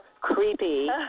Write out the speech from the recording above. creepy